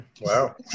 Wow